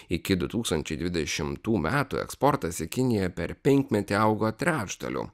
iki du tūkstančiai dvidešimtų metų eksportas į kiniją per penkmetį augo trečdaliu